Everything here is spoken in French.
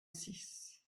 six